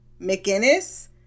McInnes